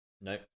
no